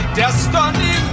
destiny